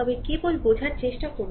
তবে কেবল বোঝার চেষ্টা করুন